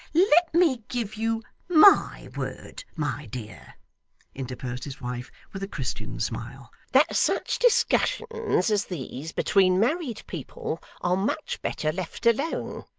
let me give you my word, my dear interposed his wife with a christian smile, that such discussions as these between married people, are much better left alone.